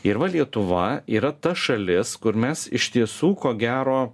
ir va lietuva yra ta šalis kur mes iš tiesų ko gero